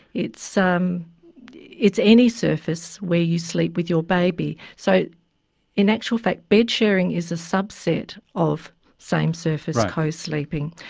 it's um it's any surface where you sleep with your baby. so in actual fact bedsharing is a subset of same surface co-sleeping.